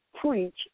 preach